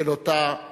של אותה קרן.